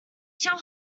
shall